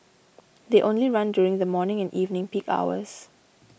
they only run during the morning and evening peak hours